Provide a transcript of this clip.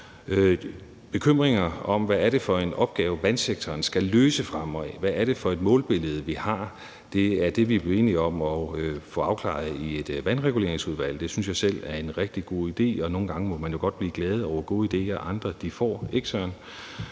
Bekymringer om, hvad det er for en opgave, vandsektoren skal løse fremover, og hvad det er for et målbillede, vi har, er det, vi er blevet enige om at få afklaret i et vandreguleringsudvalg. Det synes jeg selv er en rigtig god idé, og nogle gange må man jo godt blive glad over gode idéer, andre får, ikke? Derfor